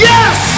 Yes